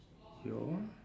your one